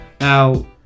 Now